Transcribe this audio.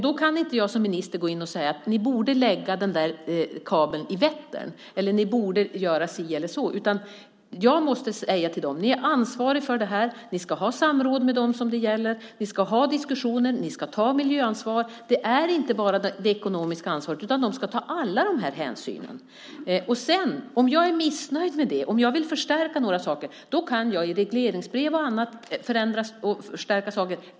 Då kan inte jag som minister gå in och säga: Ni borde lägga den där kabeln i Vättern eller ni borde göra si eller så. Jag måste säga till dem: Ni är ansvariga för det här. Ni ska ha samråd med dem det gäller. Ni ska ha diskussionen. Ni ska ta miljöansvar. Det är inte bara det ekonomiska ansvaret utan de ska ta alla de här hänsyn. Sedan, om jag är missnöjd med det, om jag vill förstärka några saker, kan jag göra det i regleringsbrev och annat.